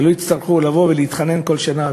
ושלא יצטרכו לבוא ולהתחנן כל שנה.